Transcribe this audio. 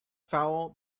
foul